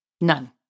None